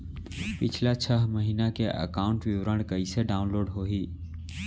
पिछला छः महीना के एकाउंट विवरण कइसे डाऊनलोड होही?